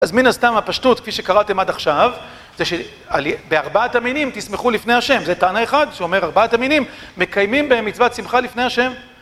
אז מין הסתם הפשטות, כפי שקראתם עד עכשיו, זה שבארבעת המינים תשמחו לפני ה' זה טענה אחד, שאומר ארבעת המינים מקיימים במצוות שמחה לפני ה'